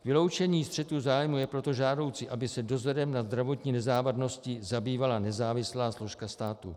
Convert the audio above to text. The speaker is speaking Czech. Vyloučení střetu zájmů je proto žádoucí, aby se dozorem nad zdravotní nezávadností zabývala nezávislá složka státu.